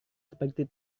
seperti